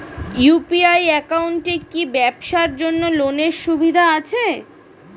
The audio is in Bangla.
ইউ.পি.আই একাউন্টে কি ব্যবসার জন্য লোনের সুবিধা আছে?